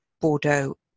Bordeaux